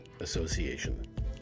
Association